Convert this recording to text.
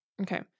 Okay